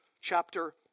Chapter